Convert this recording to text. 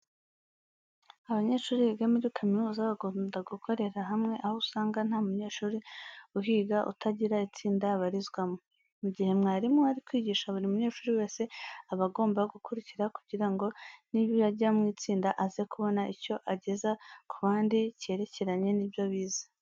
Abanyeshuri biga muri kaminuza bakunda gukorera hamwe, aho usanga nta munyeshuri uhiga utagira itsinda abarizwamo. Mu gihe mwarimu ari kwigisha buri munyeshuri wese aba agomba gukurikira kugira ngo nibajya mu itsinda aze kubona icyo ageza ku bandi cyerekeranye n'ibyo bize.